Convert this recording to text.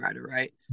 right